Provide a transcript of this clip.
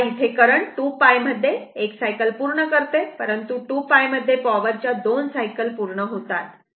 तेव्हा इथे करंट 2π मध्ये एक सायकल पूर्ण करते परंतु 2π मध्ये पॉवर च्या दोन सायकल पूर्ण होतात